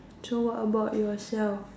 so what about yourself